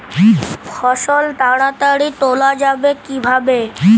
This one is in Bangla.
ফসল তাড়াতাড়ি তোলা যাবে কিভাবে?